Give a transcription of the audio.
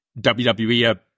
wwe